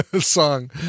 song